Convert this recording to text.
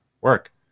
work